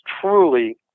truly